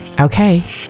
Okay